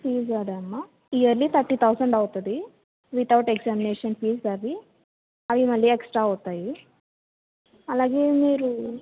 fee ఆడమా yearly thirty thousand అవుతుంది without examination fee అవి అవి మళ్ళీ ఎక్స్ట్రా అవుతాయి అలాగే మీరు